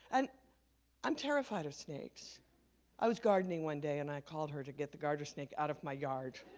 and i'm terrified of snakes i was gardening one day and i called her to get the garter snake out of my yard